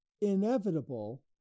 inevitable